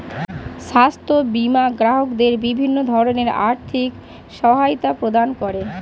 স্বাস্থ্য বীমা গ্রাহকদের বিভিন্ন ধরনের আর্থিক সহায়তা প্রদান করে